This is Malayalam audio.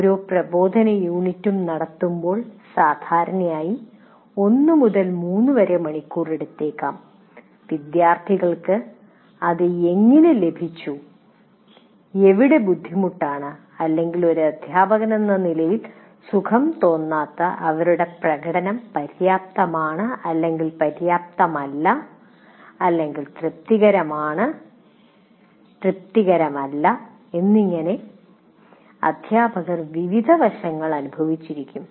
ഓരോ പ്രബോധന യൂണിറ്റും നടത്തുമ്പോൾ സാധാരണയായി 1 മുതൽ 3 മണിക്കൂർ വരെ എടുത്തേക്കാം വിദ്യാർത്ഥികൾക്ക് അത് എങ്ങനെ ലഭിച്ചു എവിടെ ബുദ്ധിമുട്ടാണ് അല്ലെങ്കിൽ ഒരു അധ്യാപകനെന്ന നിലയിൽ സുഖം തോന്നാത്ത അവരുടെ പ്രകടനം പര്യാപ്തമാണ് പര്യാപ്തമല്ല അല്ലെങ്കിൽ തൃപ്തികരമാണ് തൃപ്തികരമല്ല എന്നിങനെ അധ്യാപകർ വിവിധ വശങ്ങൾ അനുഭവിച്ചിരിക്കും